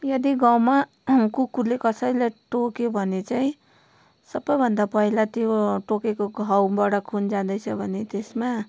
यदि गाउँमा कुकुरले कसैलाई टोक्यो भने चाहिँ सबैभन्दा पहिला त्यो टोकेको घाउबाट खुन जाँदैछ भने त्यसमा